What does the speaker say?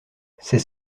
c’est